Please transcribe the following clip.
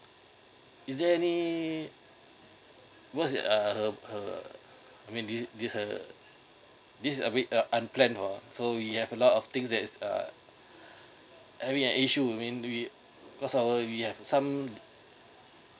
is there any was it her her I mean this uh this uh with a unplanned or so we have a lot of things that is uh we have an issue I mean we because our we have some